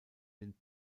den